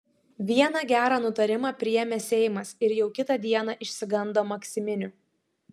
vieną gerą nutarimą priėmė seimas ir jau kitą dieną išsigando maksiminių